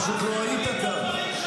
פשוט לא היית כאן.